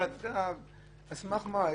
על סמך מה?